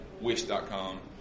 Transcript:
Wish.com